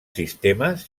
sistemes